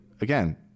Again